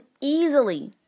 easily